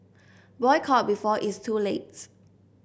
boycott before it's too late